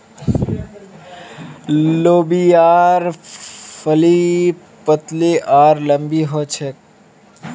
लोबियार फली पतली आर लम्बी ह छेक